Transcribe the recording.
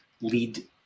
lead